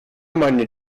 meine